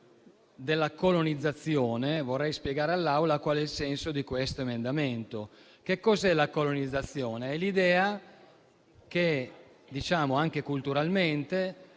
"colonizzazione", vorrei spiegare all'Assemblea qual è il senso di questo emendamento. Che cos'è la colonizzazione, anche culturalmente?